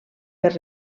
per